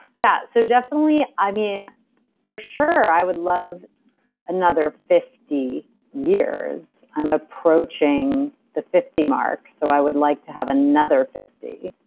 yeah, so definitely, i mean for sure, i would love another fifty years. i'm approaching the fifty mark, so i would like to have another fifty.